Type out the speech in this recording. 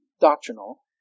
doctrinal